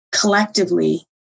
collectively